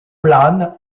plane